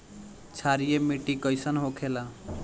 क्षारीय मिट्टी कइसन होखेला?